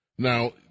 Now